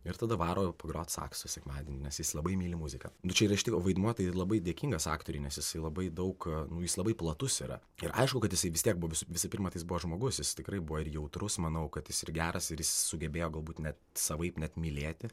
ir tada varo pagrot saksu sekmadienį nes jis labai myli muziką nu čia yra iš tikro vaidmuo tai labai dėkingas aktoriui nes jisai labai daug nu jis labai platus yra ir aišku kad jisai vis tiek buvo visų visų pirma tai jis buvo žmogus jis tikrai buvo ir jautrus manau kad jis ir geras ir jis sugebėjo galbūt net savaip net mylėti